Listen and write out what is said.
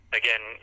again